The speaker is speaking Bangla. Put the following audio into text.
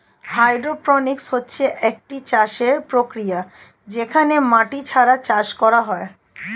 হাইড্রোপনিক্স হচ্ছে একটি চাষের প্রক্রিয়া যেখানে মাটি ছাড়া চাষ করা হয়